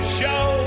show